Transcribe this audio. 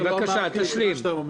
בבקשה, תשלים.